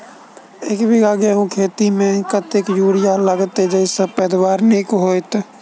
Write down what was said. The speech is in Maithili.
एक बीघा गेंहूँ खेती मे कतेक यूरिया लागतै जयसँ पैदावार नीक हेतइ?